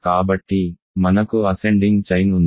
కాబట్టి మనకు ascending chain ఉంది